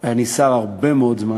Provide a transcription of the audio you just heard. אני שר הרבה מאוד זמן,